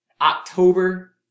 October